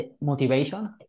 motivation